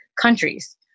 countries